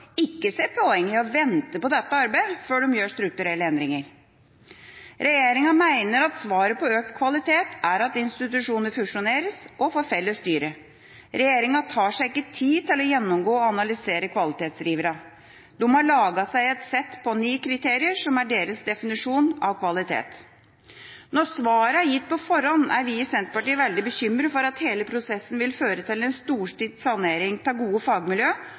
ikke ser poenget i å vente på dette arbeidet før de gjør strukturelle endringer. Regjeringa mener at svaret på økt kvalitet er at institusjoner fusjoneres og får felles styre. Regjeringa tar seg ikke tid til å gjennomgå og analysere kvalitetsdriverne. De har laget seg et sett på ni kriterier som er deres definisjon av kvalitet. Når svaret er gitt på forhånd, er vi i Senterpartiet veldig bekymret for at hele prosessen vil føre til en storstilt sanering av gode